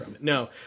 No